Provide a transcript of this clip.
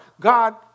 God